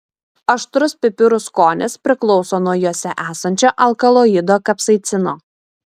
aštrus pipirų skonis priklauso nuo juose esančio alkaloido kapsaicino